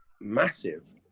massive